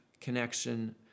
connection